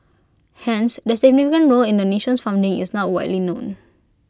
hence their significant role in the nation's founding is not widely known